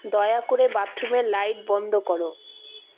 দয়া করে বাথরুমের লাইট বন্ধ করো